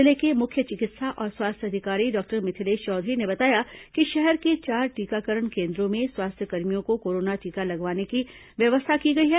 जिले के मुख्य चिकित्सा और स्वास्थ्य अधिकारी डॉक्टर मिथिलेश चौधरी ने बताया कि शहर के चार टीकाकरण केन्द्रों में स्वास्थ्यकर्मियों को कोरोना टीका लगाने की व्यवस्था की गई है